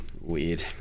Weird